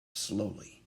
slowly